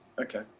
Okay